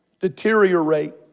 deteriorate